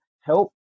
help